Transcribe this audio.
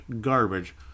garbage